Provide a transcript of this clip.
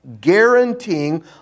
guaranteeing